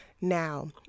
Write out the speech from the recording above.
Now